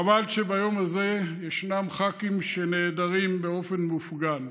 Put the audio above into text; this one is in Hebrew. חבל שביום הזה ישנם ח"כים שנעדרים באופן מופגן.